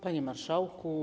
Panie Marszałku!